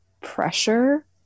pressure